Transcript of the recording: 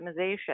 optimization